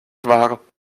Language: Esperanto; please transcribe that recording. kvar